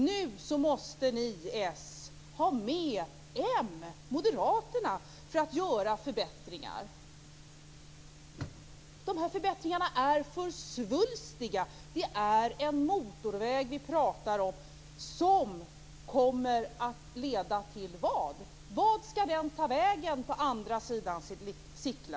Nu måste Socialdemokraterna ha med Moderaterna för att göra förbättringar. Dessa förbättringar är för svulstiga. Vi talar om en motorväg som kommer att leda till vad? Vart skall den ta vägen på andra sidan Sickla?